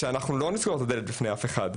כדי שאנחנו לא נסגור את הדלת בפני אף אחד.